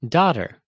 Daughter